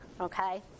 Okay